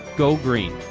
go green.